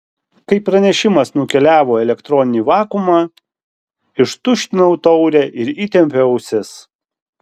kai pranešimas nukeliavo į elektroninį vakuumą ištuštinau taurę ir įtempiau ausis